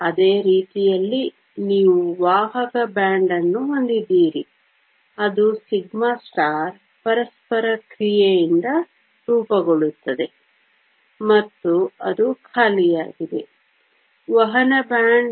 ಅದೇ ರೀತಿಯಲ್ಲಿ ನೀವು ವಾಹಕ ಬ್ಯಾಂಡ್ ಅನ್ನು ಹೊಂದಿದ್ದೀರಿ ಅದು σ ಪರಸ್ಪರ ಕ್ರಿಯೆಯಿಂದ ರೂಪುಗೊಳ್ಳುತ್ತದೆ ಮತ್ತು ಅದು ಖಾಲಿಯಾಗಿದೆ ವಹನ ಬ್ಯಾಂಡ್